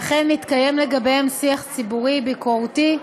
ואכן, מתקיים לגביהם שיח ציבורי ביקורתי,